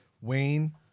Wayne